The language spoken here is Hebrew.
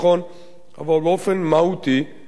אבל באופן מהותי, היסטורי,